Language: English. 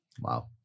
Wow